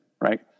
right